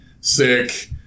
sick